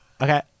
Okay